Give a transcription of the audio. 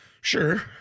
Sure